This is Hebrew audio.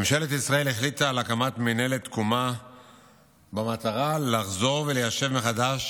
ממשלת ישראל החליטה על הקמת מינהלת תקומה במטרה לחזור וליישב מחדש